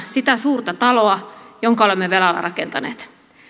sitä suurta taloa jonka olemme velalla rakentaneet